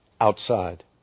outside